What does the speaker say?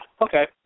Okay